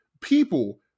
people